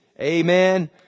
Amen